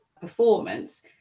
performance